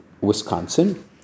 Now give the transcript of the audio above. Wisconsin